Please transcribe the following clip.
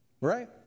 right